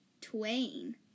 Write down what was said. Twain